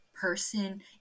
person